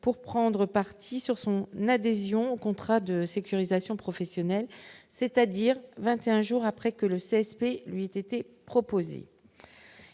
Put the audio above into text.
pour prendre parti sur son n'adhésion au contrat de sécurisation professionnelle, c'est-à-dire 21 jours après que le CSP lui était proposé,